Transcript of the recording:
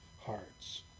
hearts